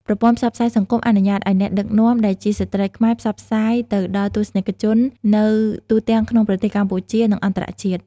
ប្រព័ន្ធផ្សព្វផ្សាយសង្គមអនុញ្ញាតឱ្យអ្នកដឹកនាំដែលជាស្ត្រីខ្មែរផ្សព្វផ្សាយទៅដល់ទស្សនិកជននៅទូទាំងក្នុងប្រទេសកម្ពុជា និងអន្តរជាតិ។